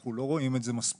ואנחנו לא רואים את זה מספיק.